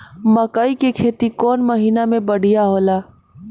मकई के खेती कौन महीना में बढ़िया होला?